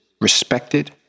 respected